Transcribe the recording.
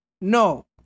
No